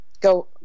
Go